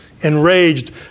Enraged